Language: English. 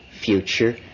future